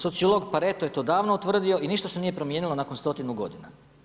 Sociolog Pareto je to davno utvrdio i ništa se nije promijenilo nakon stotinu godina.